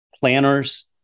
planners